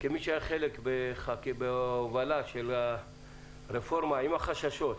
כמי שהיה חלק בהובלת הרפורמה, עם החששות,